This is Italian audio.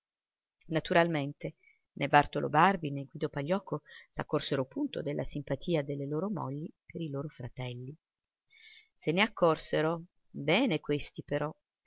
naturalmente né bartolo barbi né guido pagliocco s'accorsero punto della simpatia delle loro mogli pei loro fratelli se ne accorsero bene questi però